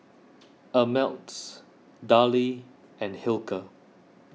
Ameltz Darlie and Hilker